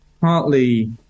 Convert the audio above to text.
Partly